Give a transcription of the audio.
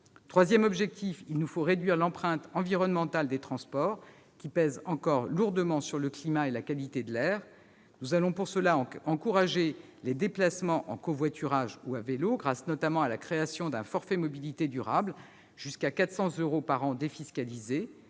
Troisième objectif, il nous faut réduire l'empreinte environnementale des transports, qui pèse encore lourdement sur le climat et la qualité de l'air. Nous allons pour cela encourager les déplacements en covoiturage ou à vélo, grâce notamment à la création du forfait mobilité durable, qui pourra s'élever jusqu'à 400 euros par an défiscalisés.